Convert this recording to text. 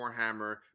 Warhammer